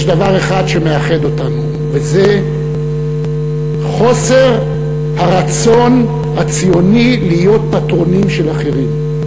יש דבר אחד שמאחד אותנו וזה חוסר הרצון הציוני להיות פטרונים של אחרים.